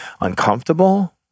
uncomfortable